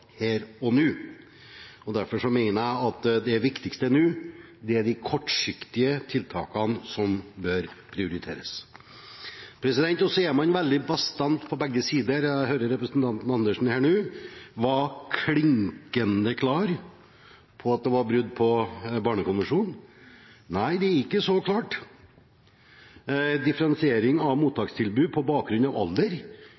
her og nå, og derfor mener jeg at det viktigste nå er de kortsiktige tiltakene, som bør prioriteres. Så er man veldig bastant på begge sider. Jeg hørte representanten Andersen her nå var klinkende klar på at det var brudd på barnekonvensjonen. Nei, det er ikke så klart. Differensiering av